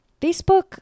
Facebook